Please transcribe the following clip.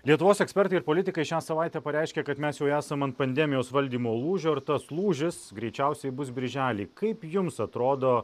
lietuvos ekspertai ir politikai šią savaitę pareiškė kad mes jau esam ant pandemijos valdymo lūžio ir tas lūžis greičiausiai bus birželį kaip jums atrodo